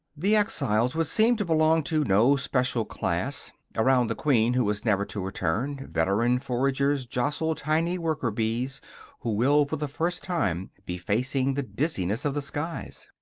the exiles would seem to belong to no special class around the queen who is never to return, veteran foragers jostle tiny worker-bees who will for the first time be facing the dizziness of the skies.